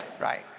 Right